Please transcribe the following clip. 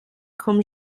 comme